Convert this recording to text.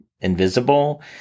invisible